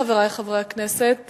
חברי חברי הכנסת,